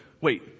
wait